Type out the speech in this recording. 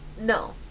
No